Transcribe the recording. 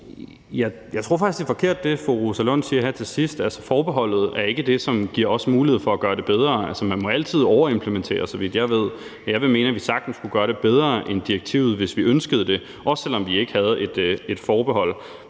Jeg tror faktisk, det er forkert, hvad fru Rosa Lund siger her til sidst. Forbeholdet er ikke det, som giver os mulighed for at gøre det bedre. Altså, man må altid overimplementere, så vidt jeg ved. Jeg vil mene, at vi sagtens kunne gøre det bedre end direktivet, hvis vi ønskede det, også selv om vi ikke havde et forbehold.